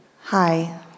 Hi